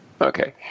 Okay